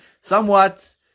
somewhat